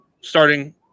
starting